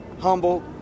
humble